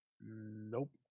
Nope